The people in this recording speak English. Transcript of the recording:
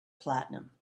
platinum